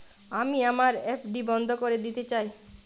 আমি আমার এফ.ডি বন্ধ করে দিতে চাই